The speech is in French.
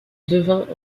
devint